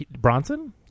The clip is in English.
Bronson